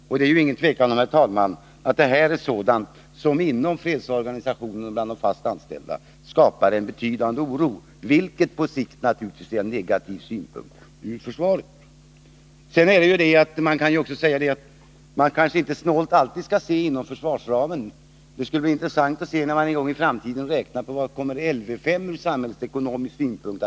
Och det är ingen tvekan om, herr talman, att det är sådant som bland de fast anställda inom fredsorganisatio nen skapar en betydande oro, vilket naturligtvis på sikt är negativt ur försvarets synpunkt. Sedan skall man kanske inte alltid se en fråga snålt inom försvarsramen. Det skulle vara intressant att se — när man en gång i framtiden räknar på det — vad nedläggningen av Lv 5 kommer att innebära ur samhällsekonomisk synpunkt.